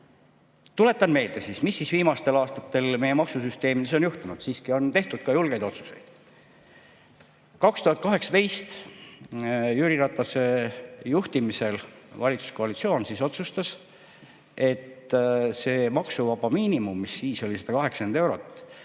Tuletan meelde, mis viimastel aastatel meie maksusüsteemis on juhtunud. Siiski on tehtud ka julgeid otsuseid. 2018 Jüri Ratase juhtimisel valitsuskoalitsioon otsustas, et maksuvaba miinimum, mis siis oli 180 eurot,